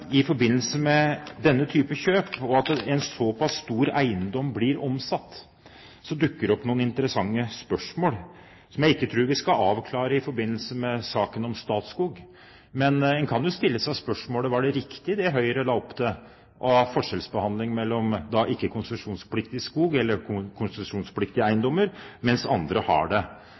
i forbindelse med denne type kjøp – og at en såpass stor eiendom blir omsatt – dukker opp noen interessante spørsmål, som jeg ikke tror vi skal avklare i forbindelse med saken om Statskog. Men en kan jo stille seg spørsmålet: Var det riktig det Høyre la opp til av forskjellsbehandling mellom ikke konsesjonspliktig skog og eiendommer som er konsesjonspliktige, i forlengelsen? Og da er det